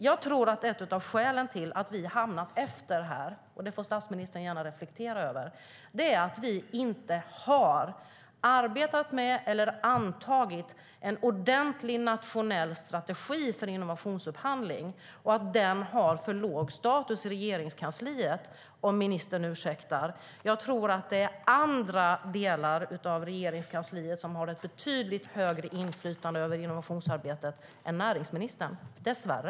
Jag tror att ett av skälen till att vi har hamnat efter - det får näringsministern gärna reflektera över - är att vi inte har arbetat med eller antagit en ordentlig nationell strategi för innovationsupphandling och att den har för låg status i Regeringskansliet, om ministern ursäktar. Jag tror att det är andra delar av Regeringskansliet som har ett betydligt större inflytande över innovationsarbetet än näringsministern - dess värre.